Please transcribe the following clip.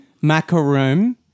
Macaroon